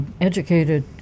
educated